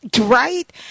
Right